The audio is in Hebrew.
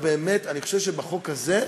באמת, אני חושב שהיית ראש עיר מדהימה,